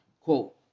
Quote